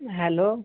hello